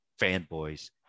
fanboys